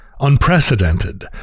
unprecedented